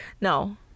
No